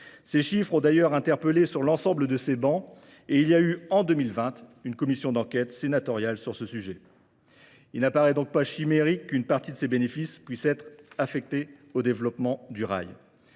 Ces chiffres ont d'ailleurs interpellé sur l'ensemble de ces bancs et il y a eu en 2020 une commission d'enquête sénatoriale sur ce sujet. Il n'apparaît donc pas chimérique qu'une partie de ces bénéfices puissent être affectés au développement du rail.